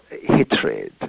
hatred